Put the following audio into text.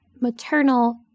maternal